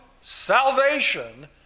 salvation